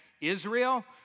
Israel